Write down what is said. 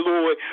Lord